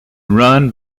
run